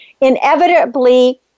inevitably